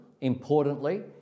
importantly